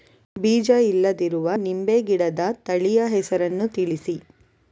ಬೀಜ ಇಲ್ಲದಿರುವ ನಿಂಬೆ ಗಿಡದ ತಳಿಯ ಹೆಸರನ್ನು ತಿಳಿಸಿ?